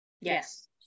Yes